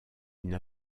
une